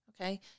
Okay